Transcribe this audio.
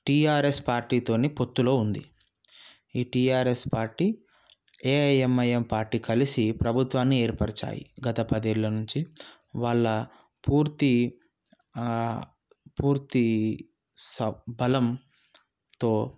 TRS పార్టీతోని పొత్తులో ఉంది ఈ టిఆర్ఎస్ పార్టీ ఎఐఎంఐఎం పార్టీ కలిసి ప్రభుత్వాన్ని ఏర్పరిచాయి గత పదేళ్ళ నుంచి వాళ్ళ పూర్తి పూర్తి స బలంతో